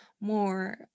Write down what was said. more